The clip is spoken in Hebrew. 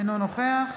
אינו נוכח